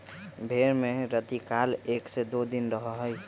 भेंड़ में रतिकाल एक से दो दिन रहा हई